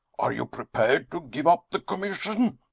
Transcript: are you prepared to give up the commission?